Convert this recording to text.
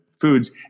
foods